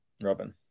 Robin